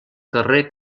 carrer